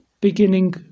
beginning